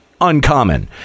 uncommon